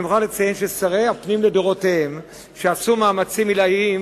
אני מוכרח לציין ששרי הפנים לדורותיהם שעשו מאמצים עילאיים